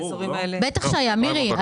בטח שהיה, מירי.